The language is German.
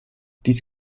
dies